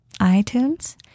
iTunes